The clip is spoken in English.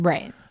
Right